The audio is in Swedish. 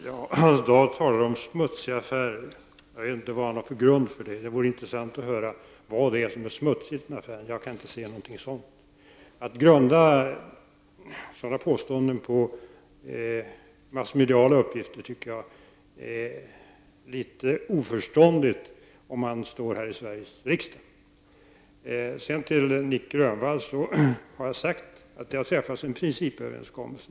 Herr talman! Hans Dau pratar om smutsiga affärer. Jag vet inte vad han har för grund för det. Det vore intressant att få höra vad det är som är smutsigt med affären. Jag kan inte se något sådant. Jag tycker att det är litet oför ståndigt att här i Sveriges riksdag grunda sina påståenden på massmediala uppgifter. Jag har sagt att det har träffats en principöverenskommelse, Nic Grönvall.